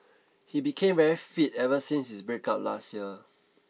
he became very fit ever since his breakup last year